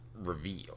reveal